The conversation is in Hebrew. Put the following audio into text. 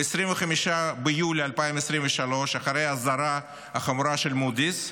ב-25 ביולי 2023, אחרי אזהרה חמורה של מודי'ס,